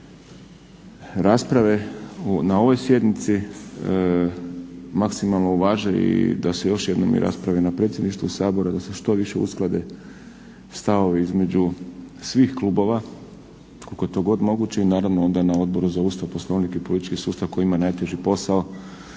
rasprave na ovoj sjednici maksimalno uvaže i da se još jednom rasprave na Predsjedništvu Sabora, da se što više usklade stavovi između svih klubova koliko je to god moguće i naravno onda na Odboru za Ustav, Poslovnik i politički sustav koji ima najteži posao